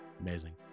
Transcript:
Amazing